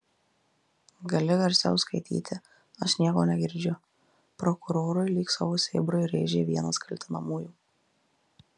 gali garsiau skaityti aš nieko negirdžiu prokurorui lyg savo sėbrui rėžė vienas kaltinamųjų